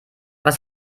was